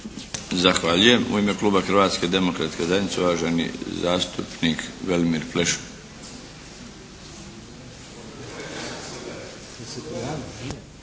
Zahvaljujem. U ime kluba Hrvatske demokratske zajednice, uvaženi zastupnik Velimir Pleša.